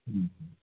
ம் ம்